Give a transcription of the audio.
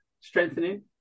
strengthening